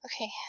Okay